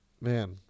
Man